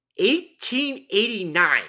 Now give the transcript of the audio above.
1889